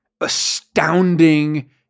astounding